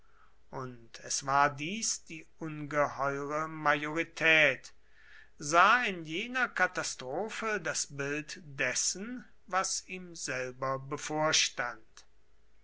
und es war dies die ungeheure majorität sah in jener katastrophe das bild dessen was ihm selber bevorstand